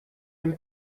این